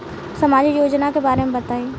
सामाजिक योजना के बारे में बताईं?